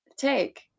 take